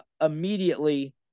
immediately